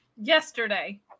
Yesterday